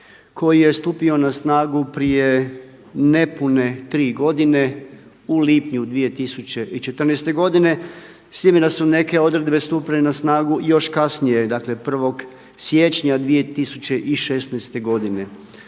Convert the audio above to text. koji je studio na snagu prije nepune 3 godine u lipnju 2014. godine. S time da su neke odredbe stupile na snagu i još kasnije dakle 1. siječnja 2016. godine.